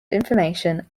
information